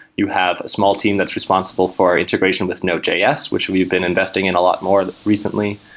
you have a small team that's responsible for integration with node js, which we've been investing in a lot more recently.